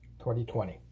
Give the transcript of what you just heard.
2020